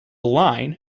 line